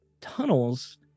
tunnels